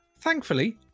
Thankfully